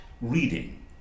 reading